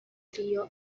trio